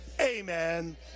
amen